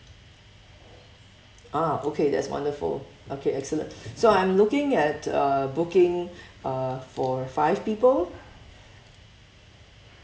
ah okay that's wonderful okay excellent so I'm looking at uh booking uh for five people